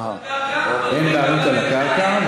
אין בעלות על הקרקע,